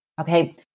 Okay